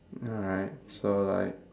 alright so like